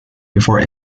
before